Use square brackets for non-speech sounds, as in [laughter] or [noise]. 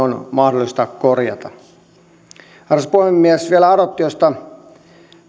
[unintelligible] on mahdollista korjata arvoisa puhemies vielä adoptiosta